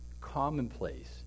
commonplace